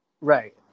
Right